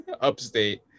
upstate